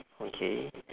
okay